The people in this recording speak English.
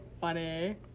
funny